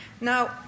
Now